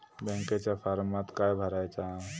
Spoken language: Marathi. बँकेच्या फारमात काय भरायचा?